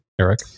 Eric